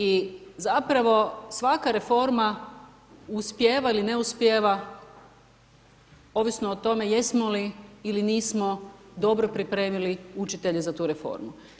I zapravo svaka reforma uspijeva ili ne uspijeva ovisno o tome jesmo li ili nismo dobro pripremili učitelje za tu reformu.